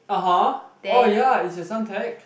(uh huh) oh ya it's at Suntec